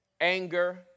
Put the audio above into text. anger